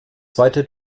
zweite